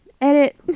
edit